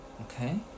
okay